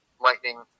lightning